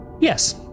yes